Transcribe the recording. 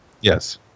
Yes